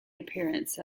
appearance